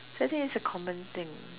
so I think it's a common thing